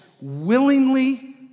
willingly